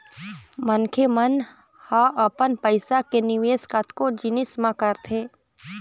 मनखे मन ह अपन पइसा के निवेश कतको जिनिस म करथे